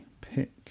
pick